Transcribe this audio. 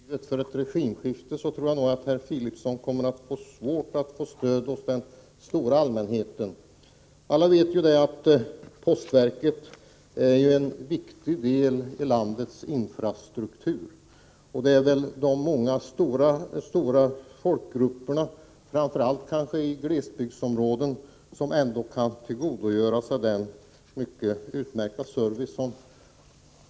Herr talman! Om detta skulle vara det stora motivet för ett regimskifte, tror jag inte att herr Fridolfsson kommer att få svårt att få stöd hos den stora allmänheten. Alla vet ju att postverket är en viktig delilandets infrastruktur. Det är de stora folkgrupperna, framför allt kanske i glesbygdsområdena, som kan tillgodogöra sig postverkets utmärkta service.